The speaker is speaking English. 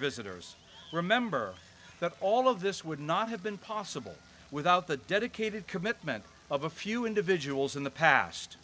visitors remember that all of this would not have been possible without the dedicated commitment of a few individuals in the past